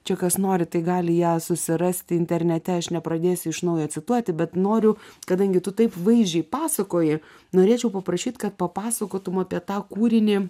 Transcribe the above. čia kas nori tai gali ją susirasti internete aš nepradėsiu iš naujo cituoti bet noriu kadangi tu taip vaizdžiai pasakoji norėčiau paprašyt kad papasakotum apie tą kūrinį